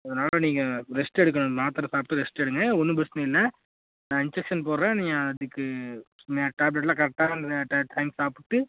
அதனால் நீங்கள் ரெஸ்ட் எடுக்கணும் மாத்திர சாப்பிட்டு ரெஸ்ட் எடுங்க ஒன்றும் பிரச்சனை இல்லை நான் இன்ஜெக்ஷன் போடுறேன் நீங்கள் அதுக்கு டேப்லெட்லாம் கரெக்டாக அந்த டை டைம்க்கு சாப்பிட்டு